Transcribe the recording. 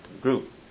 group